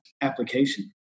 application